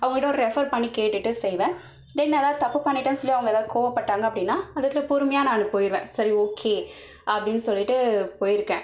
அவங்கக்கிட்ட ஒரு ரெஃபர் பண்ணி கேட்டுகிட்டு செய்வேன் தென் ஏதாவது தப்பு பண்ணிடன்னு சொல்லி அவங்க ஏதாவது கோவப்பட்டாங்க அப்படின்னா ஒரு விதத்தில் பொறுமையாக நான் போயிடுவேன் சரி ஓகே அப்படினு சொல்லிட்டு போயிருக்கேன்